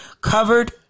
covered